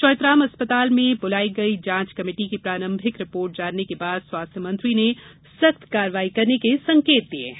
चौइथराम अस्पताल में बुलाई गई जांच कमेटी की प्रारंभिक रिपोर्ट जानने के बाद स्वास्थ्य मंत्री ने सख्त कार्यवाही करने के संकेत दिये हैं